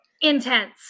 intense